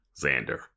Xander